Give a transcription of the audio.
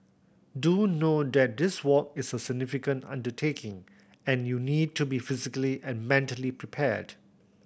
do note that this walk is a significant undertaking and you need to be physically and mentally prepared